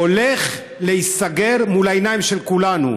הולך להיסגר מול העיניים של כולנו.